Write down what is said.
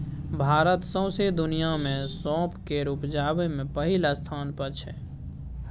भारत सौंसे दुनियाँ मे सौंफ केर उपजा मे पहिल स्थान पर छै